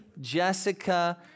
Jessica